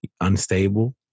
unstable